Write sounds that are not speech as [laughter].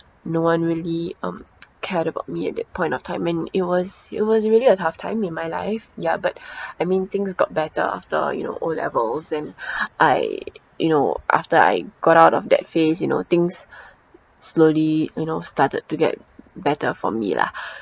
no one really um cared about me at that point of time and it was it was really a tough time in my life ya but [breath] I mean things got better after you know O levels then [breath] I you know after I got out of that phase you know things slowly you know started to get better for me lah [breath]